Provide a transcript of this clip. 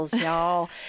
y'all